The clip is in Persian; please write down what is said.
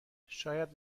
شاید